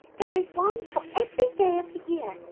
there is one for every day of the year,